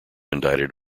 indicted